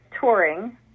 touring